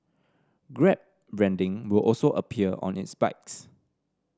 grab branding will also appear on its bikes